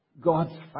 God's